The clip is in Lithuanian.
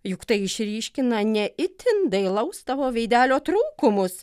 juk tai išryškina ne itin dailaus tavo veidelio trūkumus